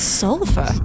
sulfur